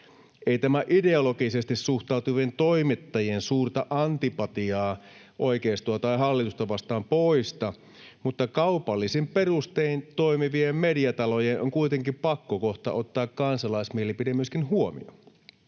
Ei tämä ideologisesti suhtautuvien toimittajien suurta antipatiaa oikeistoa tai hallitusta vastaan poista, mutta kaupallisin perustein toimivien mediatalojen on kuitenkin pakko kohta ottaa kansalaismielipide myöskin huomioon,